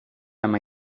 ama